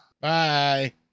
bye